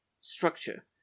structure